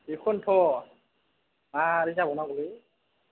बेखौनोथ' माबोरै जाबावनांगौलै